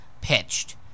pitched